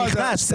הנכנס.